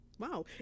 Wow